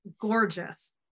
Gorgeous